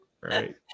Right